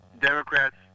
Democrats